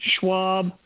Schwab